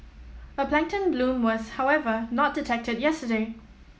a plankton bloom was however not detected yesterday